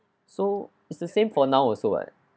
so it's the same for now also what